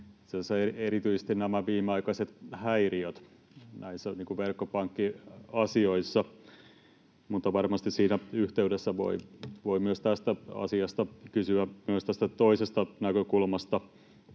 erityisesti viimeaikaiset häiriöt verkkopankkiasioissa. Mutta varmasti siinä yhteydessä voi kysyä myös tästä asiasta, tästä toisesta näkökulmasta.